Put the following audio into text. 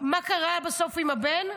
מה קרה בסוף עם הבן?